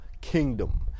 kingdom